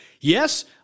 Yes